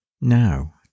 Now